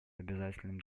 обязательным